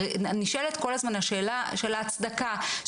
נשאלת כל הזמן שאלת ההצדקה,